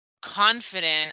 confident